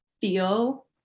feel